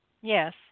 Yes